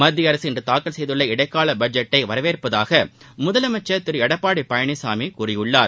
மத்திய அரசு இன்று தாக்கல் செய்துள்ள இடைக்கால பட்ஜெட்டை வரவேற்பதாக முதலமைச்சா் திரு எடப்பாடி பழனிசாமி கூறியுள்ளார்